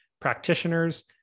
practitioners